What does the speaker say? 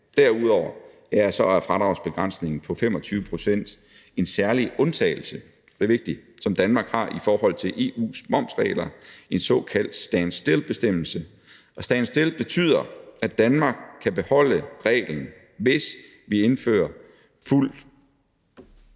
Derudover er fradragsbegrænsningen på 25 pct. en særlig undtagelse, og det er vigtigt, som Danmark har i forhold til EU's momsregler, en såkaldt stand still-bestemmelse. Og stand still betyder, at Danmark kan beholde reglen. Hvis vi indfører fuldt